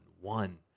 one